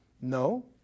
No